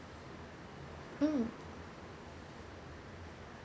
mm